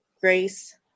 grace